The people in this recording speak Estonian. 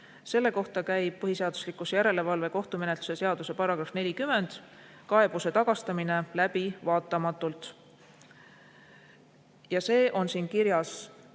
Selle kohta käib põhiseaduslikkuse järelevalve kohtumenetluse seaduse § 40 "Kaebuse tagastamine läbivaatamatult" ja see on siin kirjas